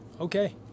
Okay